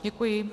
Děkuji.